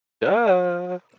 Duh